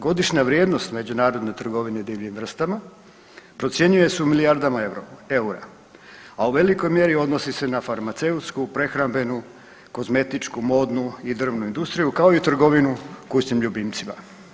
Godišnja vrijednost međunarodne trgovine divljim vrstama procjenjuje se u milijardama Eura, a u velikoj mjeri odnosi se na farmaceutsku, prehrambenu, kozmetičku, modnu i drvnu industriju kao i trgovinu kućnim ljubimcima.